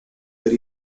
per